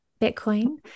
Bitcoin